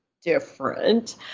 different